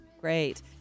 Great